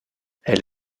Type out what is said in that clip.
elle